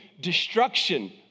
destruction